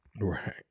Right